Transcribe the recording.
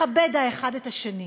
לכבד האחד את השני.